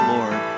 Lord